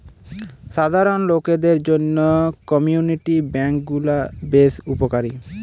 সাধারণ লোকদের জন্য কমিউনিটি বেঙ্ক গুলা বেশ উপকারী